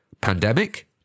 Pandemic